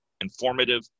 informative